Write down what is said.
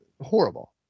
Horrible